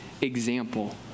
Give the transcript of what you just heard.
example